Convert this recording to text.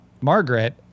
Margaret